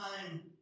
time